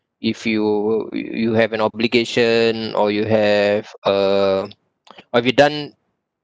if you you have an obligation or you have uh or have you done